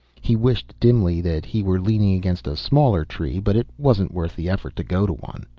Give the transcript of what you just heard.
he wished dimly that he were leaning against a smaller tree, but it wasn't worth the effort to go to one.